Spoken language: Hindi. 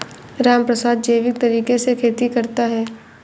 रामप्रसाद जैविक तरीके से खेती करता है